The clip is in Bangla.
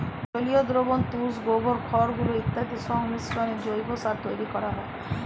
জলীয় দ্রবণ, তুষ, গোবর, খড়গুঁড়ো ইত্যাদির সংমিশ্রণে জৈব সার তৈরি করা হয়